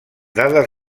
dades